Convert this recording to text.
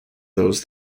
those